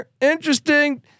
Interesting